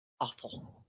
awful